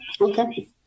Okay